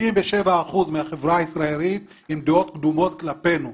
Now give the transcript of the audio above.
77% מהחברה הישראלית עם דעות קדומות כלפינו.